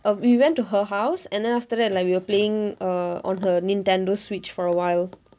err we went to her house and then after that like we were playing err on her nintendo switch for a while